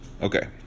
Okay